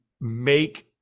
make